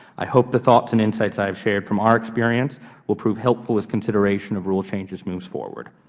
i hope the thoughts and insights i have shared from our experience will prove helpful as consideration of rule changes moves forward.